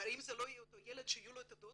האם זה לא אותו ילד שיהיו לו הדעות